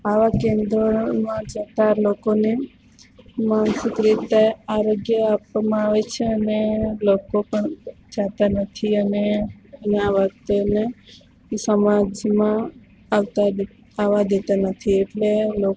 આવા કેન્દ્રોમાં જતાં લોકોને માનસિક રીતે આરોગ્ય આપવામાં આવે છે અને લોકો પણ જાતા નથી અને આ વાતને સમાજમાં આવવા દેતા નથી એટલે લોકો